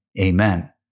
amen